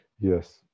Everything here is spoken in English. yes